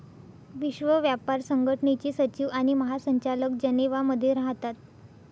विश्व व्यापार संघटनेचे सचिव आणि महासंचालक जनेवा मध्ये राहतात